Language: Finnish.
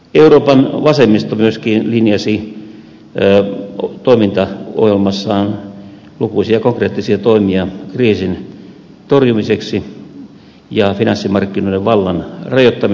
euroopan vasemmisto esitti toimintaohjelmassaan myöskin lukuisia konkreettisia toimia kriisin torjumiseksi ja finanssimarkkinoiden vallan rajoittamiseksi